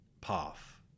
path